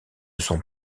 son